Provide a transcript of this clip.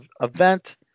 event